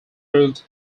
proved